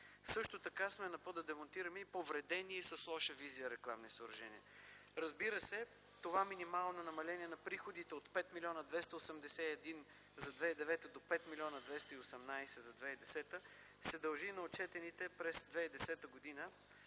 Също така сме на път да демонтираме повредени и с лоша визия рекламни съоръжения. Разбира се, това минимално намаление на приходите от 5 млн. 281 за 2009 г. до 5 млн. 218 – за 2010 г. се дължи на отчетените през 2010 г.